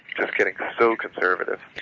just getting so conservative.